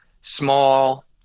small